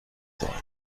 sollen